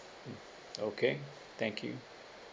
mm okay thank you